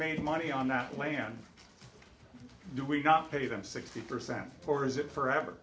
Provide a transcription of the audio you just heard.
made money on that plan do we not pay them sixty percent or is it forever